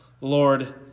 Lord